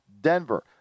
Denver